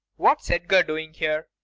what's edgar doing here?